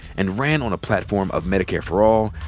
and ran on a platform of medicare for all,